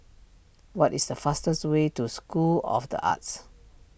what is the fastest way to School of the Arts